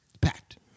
Packed